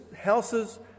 houses